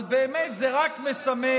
אבל באמת, זה רק מסמל,